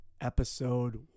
Episode